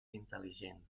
intel·ligent